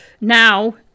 now